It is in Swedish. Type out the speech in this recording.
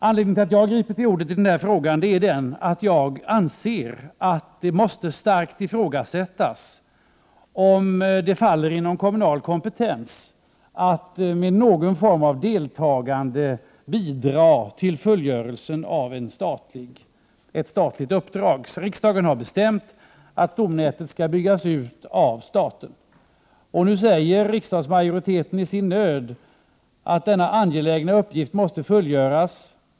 Anledningen till att jag griper till ordet i denna fråga är att jag anser att det måste starkt ifrågasättas om det faller inom kommunal kompetens att med någon form av deltagande bidra till fullföljande av ett statligt uppdrag. Riksdagen har bestämt att stomnätet skall byggas ut av staten. Nu säger riksdagsmajoriteten i sin nöd att denna angelägna uppgift måste fullföljas.